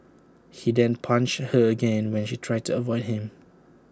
he then punched her again when she tried to avoid him